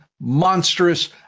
monstrous